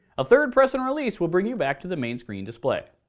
a third press and release will bring you back to the main screen display.